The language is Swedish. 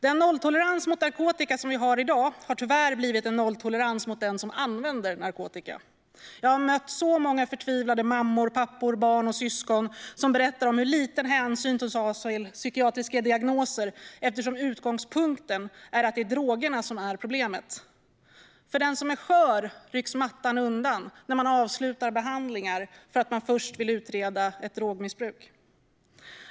Den nolltolerans mot narkotika som vi har i dag har tyvärr blivit en nolltolerans mot den som använder narkotika. Jag har mött så många förtvivlade mammor, pappor, barn och syskon som berättar om hur liten hänsyn som tas till psykiatriska diagnoser eftersom utgångspunkten är att det är drogerna som är problemet. För den som är skör rycks mattan undan när man avslutar behandlingar för att man först vill utreda ett drogmissbruk.